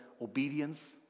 obedience